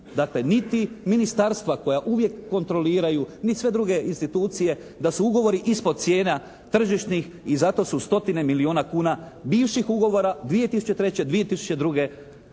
dakle niti ministarstva koja uvijek kontroliraju ni sve druge institucije da su ugovori ispod cijena tržišnih i zato su stotine milijuna kuna bivših ugovora 2003., 2002.